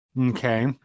Okay